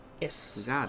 Yes